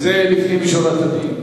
זה לפנים משורת הדין.